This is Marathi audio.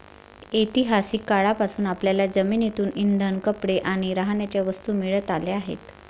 ऐतिहासिक काळापासून आपल्याला जमिनीतून इंधन, कपडे आणि राहण्याच्या वस्तू मिळत आल्या आहेत